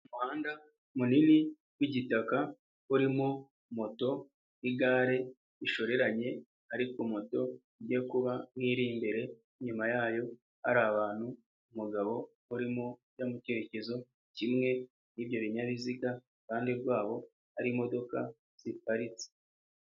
Umuhanda munini w'igitaka urimo moto n'igare bishoreranye ariko moto ijya kuba nk'iri imbere inyuma yayo hari abantu, umugabo urimo ujya mu kerekezo kimwe n'ibyo binyabiziga, iruhande rwaho hari imodoka ziparitse.